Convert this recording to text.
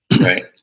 Right